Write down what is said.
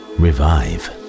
revive